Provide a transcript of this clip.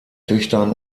töchtern